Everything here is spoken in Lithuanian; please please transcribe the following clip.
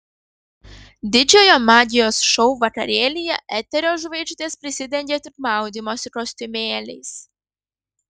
didžiojo magijos šou vakarėlyje eterio žvaigždės prisidengė tik maudymosi kostiumėliais